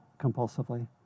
compulsively